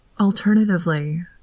alternatively